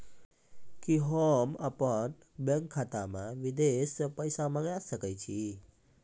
कि होम अपन बैंक खाता मे विदेश से पैसा मंगाय सकै छी?